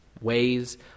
ways